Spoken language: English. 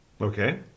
Okay